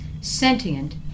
Sentient